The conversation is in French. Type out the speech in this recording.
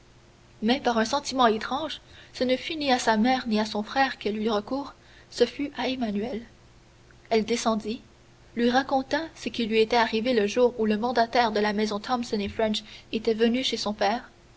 mais par un sentiment étrange ce ne fut ni à sa mère ni à son frère qu'elle eut recours ce fut à emmanuel elle descendit lui raconta ce qui lui était arrivé le jour où le mandataire de la maison thomson et french était venu chez son père